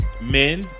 Men